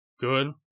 good